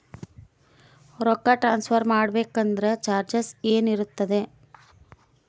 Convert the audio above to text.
ರೊಕ್ಕ ಟ್ರಾನ್ಸ್ಫರ್ ಮಾಡಬೇಕೆಂದರೆ ಚಾರ್ಜಸ್ ಏನೇನಿರುತ್ತದೆ?